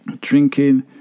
Drinking